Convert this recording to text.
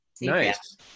Nice